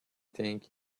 think